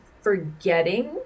forgetting